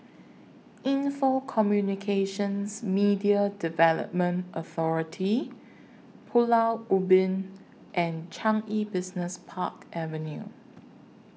Info Communications Media Development Authority Pulau Ubin and Changi Business Park Avenue